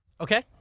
Okay